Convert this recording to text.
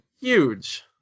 huge